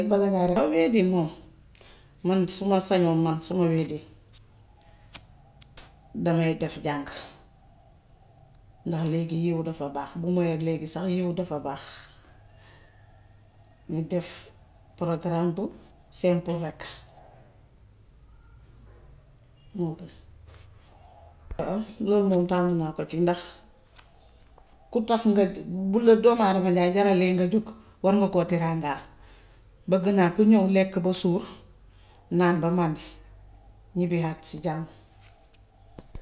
wéedin moom, man su ma sañoon moom su ma wéedee damay def jàng ndax léegi yiw dafa baax. Bu moo yor léegi sax yiw dafa baax. Ñu def programme bu simple rekk, moo gën. Loolu moom taamu naa ko ci ndax ku tax nga bu la doomu aadama njaay jaralee nga jug war nga koo teraangaal. Bëgg naa ku ñëw lekk ba suur, naan ba màndi, ñibbihaat ci jàmm.